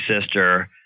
sister